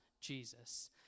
Jesus